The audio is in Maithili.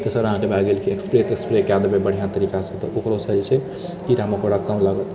तेसर अहाँकेँ भए गेल कि स्प्रे तेस्प्रे कए देबै बढ़िआँ तरिकासँ तऽ ओकरोसँ जे छै कीड़ा मकोड़ा कम लागत